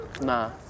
Nah